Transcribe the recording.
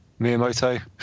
Miyamoto